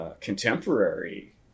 contemporary